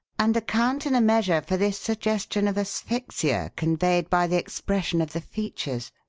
and account in a measure for this suggestion of asphyxia conveyed by the expression of the features.